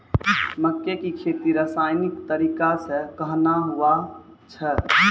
मक्के की खेती रसायनिक तरीका से कहना हुआ छ?